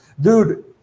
Dude